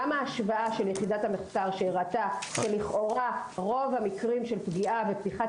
גם ההשוואה של יחידת המחקר שהראתה שלכאורה רוב המקרים של פגיעה ופתיחת